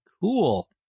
Cool